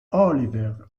oliver